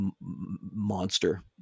monster